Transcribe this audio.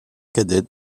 cadette